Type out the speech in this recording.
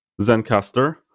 Zencaster